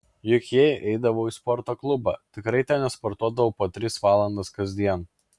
juk jei eidavau į sporto klubą tikrai ten nesportuodavau po tris valandas kasdien